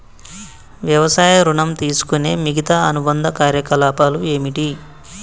వ్యవసాయ ఋణం తీసుకునే మిగితా అనుబంధ కార్యకలాపాలు ఏమిటి?